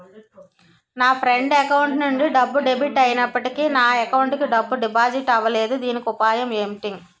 నా friend account నుండి డబ్బు డెబిట్ అయినప్పటికీ నా అకౌంట్ కి డబ్బు డిపాజిట్ అవ్వలేదుదీనికి ఉపాయం ఎంటి?